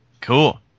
Cool